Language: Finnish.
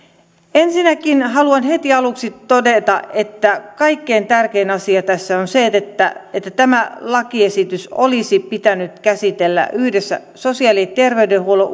ensinnäkin haluan heti aluksi todeta että kaikkein tärkein asia tässä on se että että tämä lakiesitys olisi pitänyt käsitellä yhdessä sosiaali ja terveydenhuollon